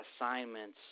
assignments